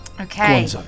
Okay